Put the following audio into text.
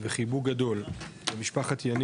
וחיבוק גדול למשפחת יניב,